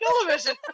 television